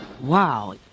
wow